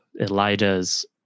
Elida's